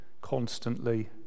constantly